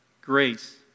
grace